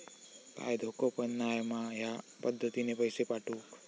काय धोको पन नाय मा ह्या पद्धतीनं पैसे पाठउक?